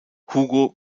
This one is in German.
hugo